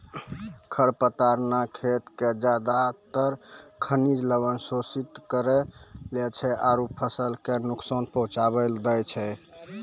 खर पतवार न खेत के ज्यादातर खनिज लवण शोषित करी लै छै आरो फसल कॅ नुकसान पहुँचाय दै छै